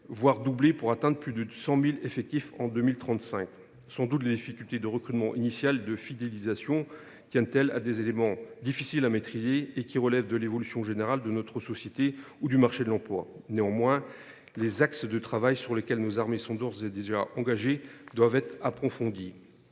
afin de dépasser l’effectif de 100 000 en 2035. Sans doute les difficultés de recrutement initial et de fidélisation tiennent elles à des éléments complexes à maîtriser, qui relèvent de l’évolution générale de notre société ou du marché de l’emploi. Néanmoins, les axes de travail sur lesquels les armées sont d’ores et déjà engagées doivent être approfondis.